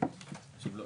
יש פה,